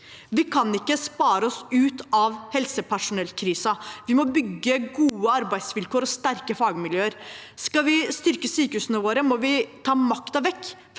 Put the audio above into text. Vi kan ikke spare oss ut av helsepersonellkrisen. Vi må bygge gode arbeidsvilkår og sterke fagmiljøer. Skal vi styrke sykehusene våre, må vi ta makten vekk